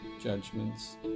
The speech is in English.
judgments